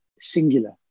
singular